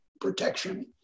protection